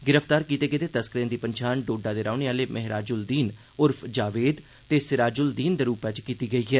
गिरफ्तार कीते गेदे तस्कर दी पन्छान डोडा दे रौह्ने आह्ले मेहराज उल दीन उर्फ जावेद ते सिराज उल दीन दे रूपै च कीती गेई ऐ